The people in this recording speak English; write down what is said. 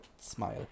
smile